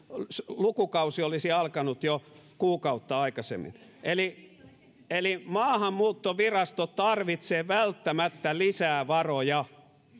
lukukausi olisi alkanut jo kuukautta aikaisemmin eli eli maahanmuuttovirasto tarvitsee välttämättä lisää varoja